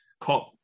cop